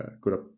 good